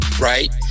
right